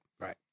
Right